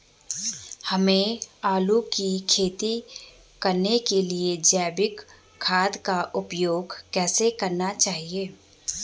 हमें आलू की खेती करने के लिए जैविक खाद का उपयोग कैसे करना चाहिए?